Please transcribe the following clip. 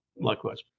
likewise